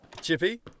Chippy